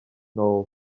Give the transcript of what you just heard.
nôl